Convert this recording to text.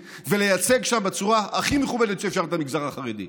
ולייצג שם בצורה הכי מכובדת שאפשר את המגזר החרדי,